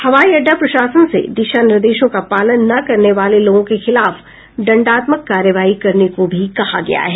हवाई अड्डा प्रशासन से दिशा निर्देशों का पालन न करने वाले लोगों के खिलाफ दंडात्मक कार्रवाई करने को भी कहा गया है